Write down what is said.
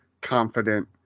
confident